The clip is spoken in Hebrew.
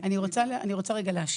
אני רוצה רגע להשיב.